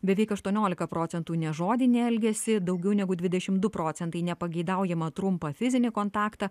beveik aštuoniolika procentų nežodinį elgesį daugiau negu dvidešimt du procentai nepageidaujamą trumpą fizinį kontaktą